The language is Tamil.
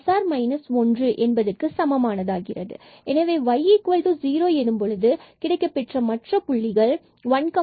இவை y0 எனும்பொழுது கிடைக்கப் பெற்ற மற்ற புள்ளிகள்1 0 and 1 0